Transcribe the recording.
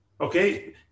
Okay